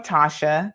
Tasha